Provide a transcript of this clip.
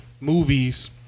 movies